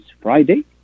Friday